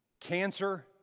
cancer